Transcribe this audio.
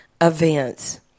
events